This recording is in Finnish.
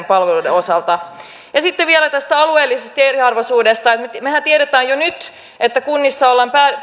palveluiden osalta sitten vielä tästä alueellisesta eriarvoisuudesta mehän tiedämme jo nyt että kunnissa ollaan